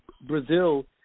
Brazil